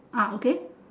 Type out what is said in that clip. ah okay